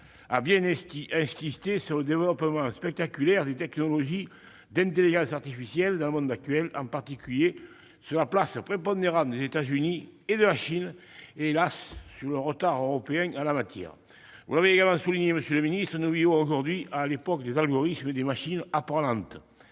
a bien insisté sur le développement spectaculaire des technologies d'intelligence artificielle dans le monde actuel. Il a souligné en particulier la place prépondérante des États-Unis et de la Chine, et- hélas ! -le retard européen en la matière. Vous l'avez également souligné, monsieur le secrétaire d'État, nous vivons aujourd'hui à l'époque des algorithmes et des machines apprenantes.